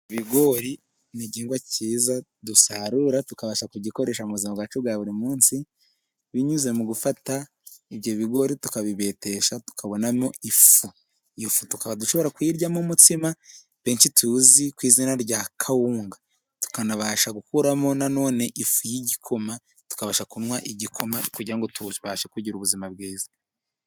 Ibigori n'igihigwa cyiza dusarura tukabasha kugikoresha mu buzima bwacu bwa buri munsi, binyuze mu gufata ibyo bigori tukabibetesha tukabonamo ifu, iyo fu tukaba dushobora kuyiryamo umutsima benshi tuzi ku izina rya kawunga, tukanabasha gukuramo nano ifu y'igikoma tukabasha kunywa igikoma kugira ngo tububashe kugira ubuzima bwiza.